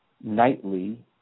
nightly